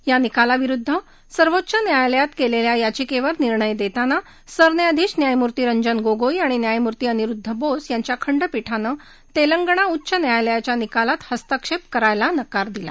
या निकालाविरुद्ध सर्वोच्च न्यायालयात केलेल्या याचिकेवर निर्णय देताना सरन्यायाधीश न्यायमूर्ती रंजन गोगोई आणि न्यायमूर्ती अनिरुद्ध बोस यांच्या खंडपिठानं तेलंगणा उच्च न्यायालयाच्या निकालात हस्तक्षेप करायला नकार दिला